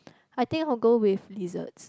I think I'll go with lizards